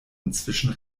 inzwischen